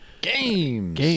games